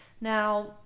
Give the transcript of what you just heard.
Now